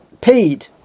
paid